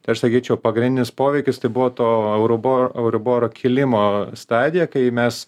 tai aš sakyčiau pagrindinis poveikis tai buvo to eurobor euriboro kilimo stadija kai mes